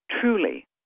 truly